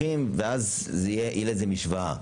לניתוחים ואז תהיה לזה משוואה.